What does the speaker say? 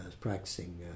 practicing